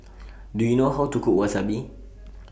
Do YOU know How to Cook Wasabi